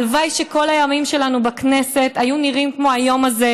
הלוואי שכל הימים שלנו בכנסת היו נראים כמו היום הזה,